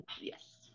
Yes